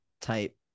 type